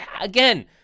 Again